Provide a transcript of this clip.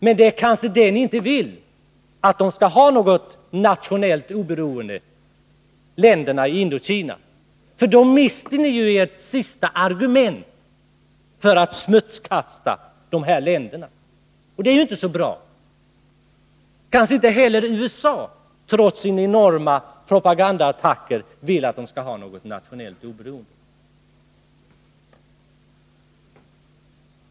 Men ni vill kanske inte att länderna i Indokina skall ha något nationellt oberoende, för då mister ni ert sista argument för att smutskasta de här länderna, och det är väl inte så bra. Kanske inte heller USA, trots sina enorma propagandaattacker, vill att länderna i Indokina skall ha något nationellt oberoende.